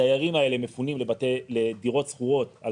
הדיירים האלה מפונים לדירות שכורות על